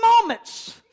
moments